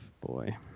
Boy